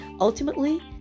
Ultimately